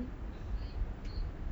oh like presentation